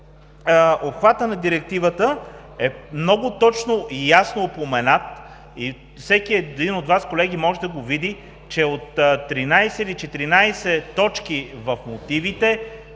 Обхватът на Директивата е много точно и ясно упоменат и всеки един от Вас, колеги, може да го види, че от 13 или 14 точки в мотивите,